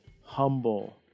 humble